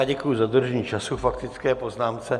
Děkuji za dodržení času k faktické poznámce.